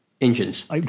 engines